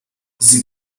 sie